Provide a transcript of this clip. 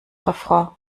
refrain